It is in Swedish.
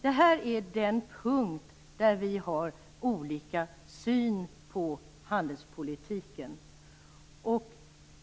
Det här är den punkt där vi har olika syn på handelspolitiken.